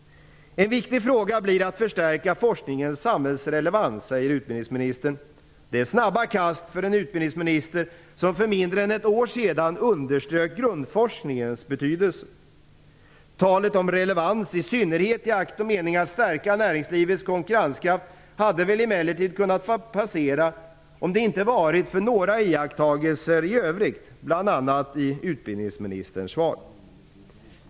En viktig fråga blir att förstärka forskningens samhällsrelevans, säger utbildningsministern. Det är snabba kast för en utbildningsminister som för mindre än ett år sedan underströk grundforskningens betydelse. Talet om relevans, i synnerhet i akt och mening att stärka näringslivets konkurrenskraft, hade emellertid kunnat få passera om det inte varit för några iakttagelser i övrigt, bl.a. i utbildningsministerns svar.